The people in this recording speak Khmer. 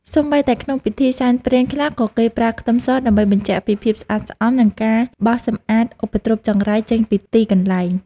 សូម្បីតែក្នុងពិធីសែនព្រេនខ្លះក៏គេប្រើខ្ទឹមសដើម្បីបញ្ជាក់ពីភាពស្អាតស្អំនិងការបោសសម្អាតឧបទ្រពចង្រៃចេញពីទីកន្លែង។